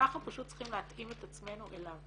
אנחנו פשוט צריכים להתאים את עצמנו אליו.